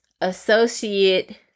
associate